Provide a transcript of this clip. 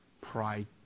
Pride